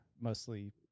mostly